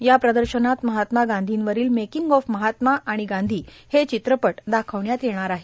या प्रदर्शनात महात्मा गांधींवरील मेकिंग ऑफ महात्मा आणि गांधी हे चित्रपट दाखविण्यात येणार आहेत